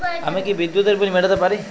আমি কি বিদ্যুতের বিল মেটাতে পারি?